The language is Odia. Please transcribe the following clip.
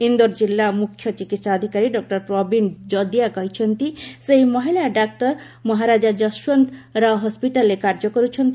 ଇନ୍ଦୋର ଜିଲ୍ଲା ମୁଖ୍ୟ ଚିକିତ୍ସା ଅଧିକାରୀ ଡକ୍କର ପ୍ରବୀଣ ଜଦିଆ କହିଛନ୍ତି ସେହି ମହିଳା ଡାକ୍ତର ମହାରାଜା ଯଶଓନ୍ତ ରାଓ ହସ୍କିଟାଲରେ କାର୍ଯ୍ୟ କରୁଛନ୍ତି